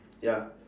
ya